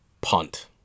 punt